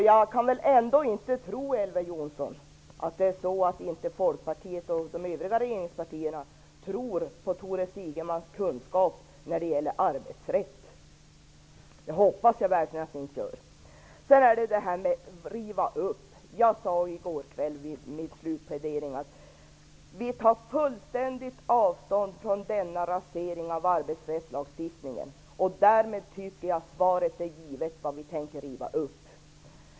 Jag kan ändå inte tro, Elver Jonsson, att inte Folkpartiet och de övriga regeringspartierna tror på Tore Sigemans kunskap när det gäller arbetsrätt. Det hoppas jag verkligen att ni gör. Sedan har vi frågan om att riva upp. Jag sade i går kväll i min slutplädering att vi tar fullständigt avstånd från denna rasering av arbetsrättslagstiftningen. Därmed tycker jag att svaret är givet beträffande vad vi tänker riva upp.